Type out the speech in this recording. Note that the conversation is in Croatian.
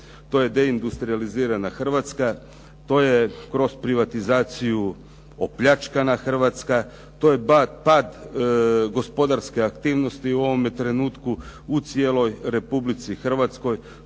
To je deindustrijalizirana Hrvatska, to je kroz privatizaciju opljačkana Hrvatska, to je pad gospodarske aktivnosti u ovome trenutku u cijeloj Republici Hrvatskoj.